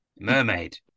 Mermaid